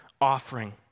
offering